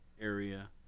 area